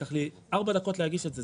לקח לי ארבע דקות להגיש את זה,